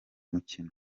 mukino